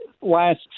last